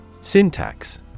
Syntax